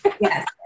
yes